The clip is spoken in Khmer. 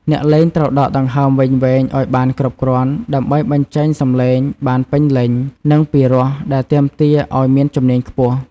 អ្នកលេងត្រូវដកដង្ហើមវែងៗ ឱ្យបានគ្រប់គ្រាន់ ដើម្បីបញ្ចេញសំឡេងបានពេញលេញ និងពីរោះ ដែលទាមទារឲ្យមានជំនាញខ្ពស់។